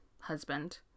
husband